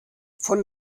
von